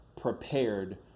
prepared